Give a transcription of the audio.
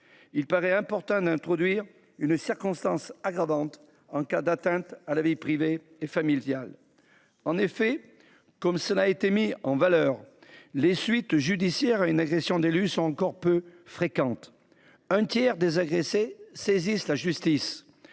Il est important d’introduire une circonstance aggravante en cas d’atteinte à la vie privée et familiale. En effet, comme cela a été souligné, les suites judiciaires aux agressions d’élus sont encore peu fréquentes : un tiers des agressés saisit la justice